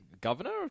governor